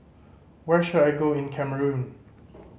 where should I go in Cameroon